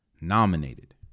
Nominated